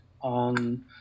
on